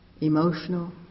emotional